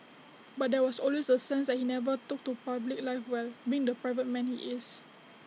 but there was always the sense that he never took to public life well being the private man he is